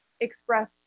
express